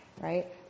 right